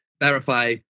verify